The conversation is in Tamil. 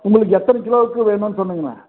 உங்களுக்கு எத்தனை கிலோவுக்கு வேணும்னு சொல்லுங்கள்